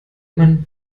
man